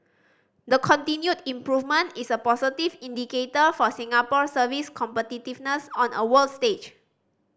the continued improvement is a positive indicator for Singapore's service competitiveness on a world stage